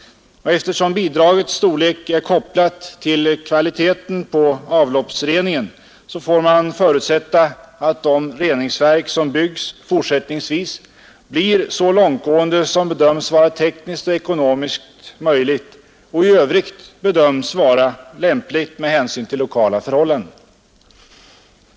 Eftersom bidragets storlek är kopplat till kvaliteten på avloppsreningen får man förutsätta att de reningsverk som byggs fortsättningsvis blir så långtgående som bedöms vara tekniskt och ekonomiskt möjligt och i övrigt bedöms vara lämpligt med hänsyn till lokala förhållanden.